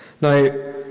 now